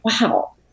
wow